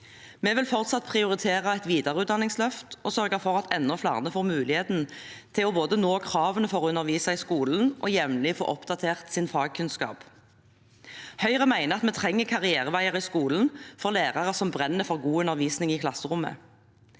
Vi vil fortsatt prioritere et videreutdanningsløft og sørge for at enda flere får muligheten til både å nå kravene for å undervise i skolen og jevnlig å få oppdatert sin fagkunnskap. Høyre mener at vi trenger karriereveier i skolen for lærere som brenner for god undervisning i klasserommet.